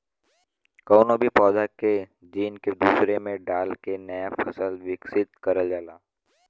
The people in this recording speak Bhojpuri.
कउनो भी पौधा के जीन के दूसरे में डाल के नया फसल विकसित करल जाला